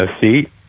seat